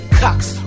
cocks